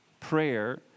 Prayer